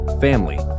family